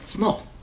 no